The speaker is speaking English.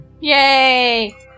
Yay